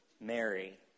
Mary